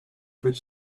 fruit